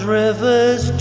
rivers